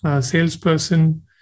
salesperson